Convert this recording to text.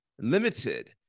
limited